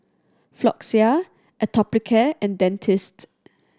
Floxia Atopiclair and Dentiste